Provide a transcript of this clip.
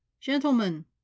Gentlemen